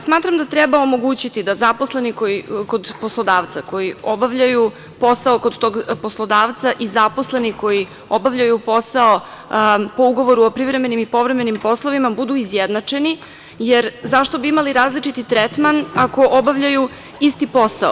Smatram da treba omogućiti da zaposleni kod poslodavca koji obavljanju posao kod tog poslodavca i zaposleni koji obavljaju posao po ugovoru o privremenim i povremenim poslovima budu izjednačeni, jer zašto bi imali različiti tretman ako obavljaju isti posao.